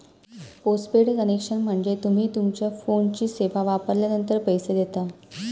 postpaid connection म्हणजे तुम्ही तुमच्यो फोनची सेवा वापरलानंतर पैसो देता